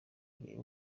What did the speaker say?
kureba